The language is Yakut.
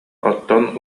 оттон